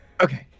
Okay